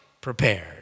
prepared